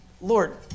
Lord